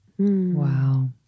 Wow